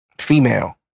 Female